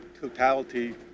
totality